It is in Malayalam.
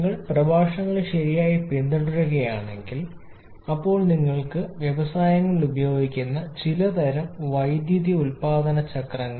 നിങ്ങൾ പ്രഭാഷണങ്ങൾ ശരിയായി പിന്തുടരുകയാണെങ്കിൽ ഇപ്പോൾ നിങ്ങൾക്ക് വ്യവസായങ്ങളിൽ ഉപയോഗിക്കുന്ന വിവിധ തരം വൈദ്യുതി ഉൽപാദന ചക്രങ്ങൾ